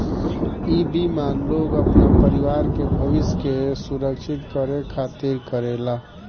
इ बीमा लोग अपना परिवार के भविष्य के सुरक्षित करे खातिर करेला